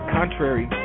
contrary